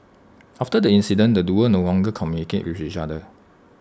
after the incident the duo no longer communicated with each other